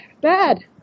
bad